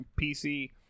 PC